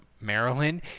Maryland